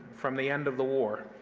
from the end of the war,